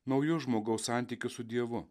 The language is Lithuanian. naujus žmogaus santykius su dievu